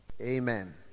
Amen